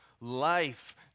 Life